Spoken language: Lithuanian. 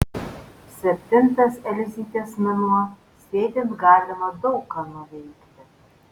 septintas elzytės mėnuo sėdint galima daug ką nuveikti